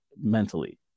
mentally